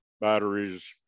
batteries